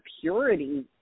purity